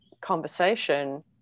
conversation